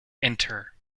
enter